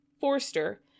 Forster